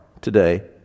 today